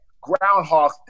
Groundhog